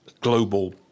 global